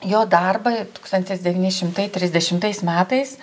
jo darbą tūkstantis devyni šimtai trisdešimtais metais